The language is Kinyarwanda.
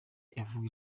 yavugwa